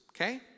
okay